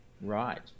right